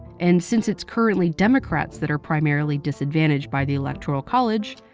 and since it's currently democrats that are primarily disadvantaged by the electoral college,